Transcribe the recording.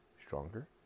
stronger